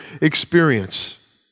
experience